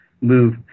move